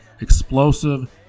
explosive